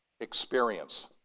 experience